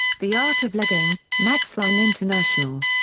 the art of legging, maxline international.